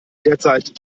derzeit